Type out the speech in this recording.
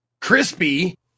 crispy